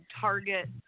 target